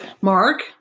Mark